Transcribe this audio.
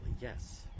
yes